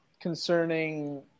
concerning